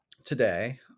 today